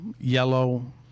yellow